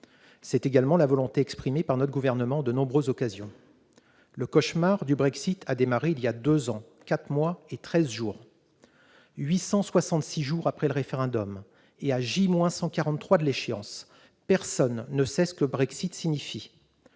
C'est également la volonté exprimée par notre gouvernement en de nombreuses occasions. Le cauchemar du Brexit a commencé il y a deux ans, quatre mois et treize jours : 866 jours après le référendum et à J moins 143 de l'échéance, personne ne sait ce que « Brexit » signifie.